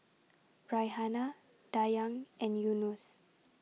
Raihana Dayang and Yunos